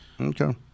Okay